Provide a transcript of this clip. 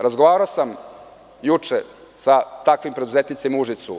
Razgovarao sam juče sa takvim preduzetnicima u Užicu.